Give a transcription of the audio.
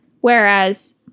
Whereas